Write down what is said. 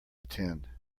attend